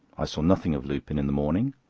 i saw nothing of lupin in the morning.